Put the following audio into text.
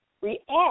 react